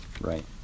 right